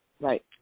Right